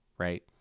Right